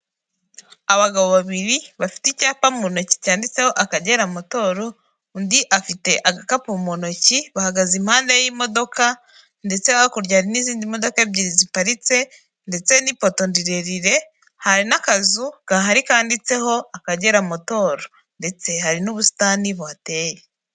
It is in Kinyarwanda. Abagabo babiri, bafite icyapa mu ntoki cyanditseho Akagera amatoro, undi afite agakapu mu ntoki, bahagaze impande y'imodoka ndetse hakurya n'izindi modoka ebyiri ziparitse ndetse n'ipoto rirerire, hari n'akazu gahari kanditseho Akagera motoro ndetse hari n'ubusitani buhateye.